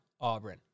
Auburn